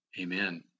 Amen